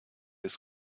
ist